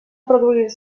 produir